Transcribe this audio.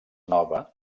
nova